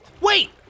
Wait